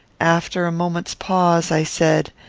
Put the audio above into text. after a moment's pause, i said,